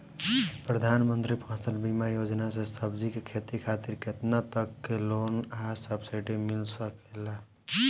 प्रधानमंत्री फसल बीमा योजना से सब्जी के खेती खातिर केतना तक के लोन आ सब्सिडी मिल सकेला?